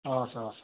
हवस् हवस् हवस्